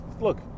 look